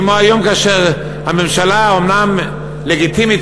כמו היום כאשר הממשלה אומנם לגיטימית,